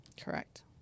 Correct